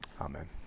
Amen